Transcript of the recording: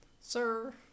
Sir